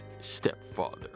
stepfather